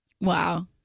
wow